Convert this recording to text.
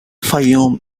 fayoum